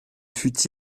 fut